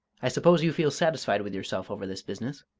i suppose you feel satisfied with yourself over this business?